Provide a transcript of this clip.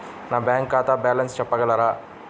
నా బ్యాంక్ ఖాతా బ్యాలెన్స్ చెప్పగలరా?